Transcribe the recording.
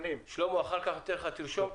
נציג החשב הכללי בבקשה.